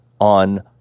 on